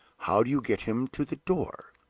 how do you get him to the door?